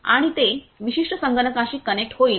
आणि ते विशिष्ट संगणकाशी कनेक्ट होईल